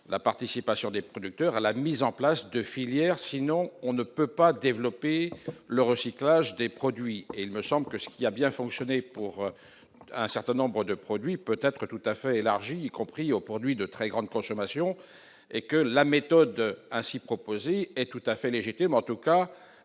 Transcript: la participation des producteurs à la mise en place de filières, sinon on ne peut pas développer le recyclage des produits, il me semble que ce il y a bien fonctionné pour un certain nombre de produits peut-être tout à fait élargie, y compris au produit de très grande consommation et que la méthode ainsi proposé est tout à fait légitime en tout cas,